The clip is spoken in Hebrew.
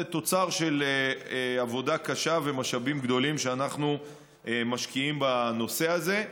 זה תוצר של עבודה קשה ומשאבים גדולים שאנחנו משקיעים בנושא הזה.